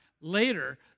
later